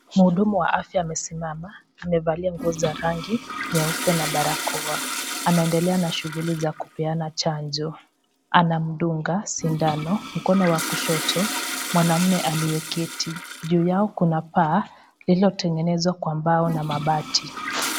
Mhudumu wa afya amesimama amevalia nguo za rangi nyeupe na barakoa. Anaendelea na shughuli za kupeana chanjo. Anamdunga sindano mkono wa kushoto mwanamume ameketi. Juu yao kuna paa lililotengenezwa kwa mbao na mabati.